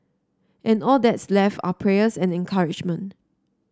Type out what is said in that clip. and all that's left are prayers and encouragement